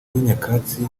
nyakatsi